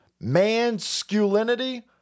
masculinity